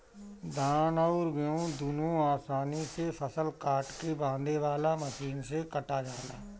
धान अउर गेंहू दुनों आसानी से फसल काट के बांधे वाला मशीन से कटा जाला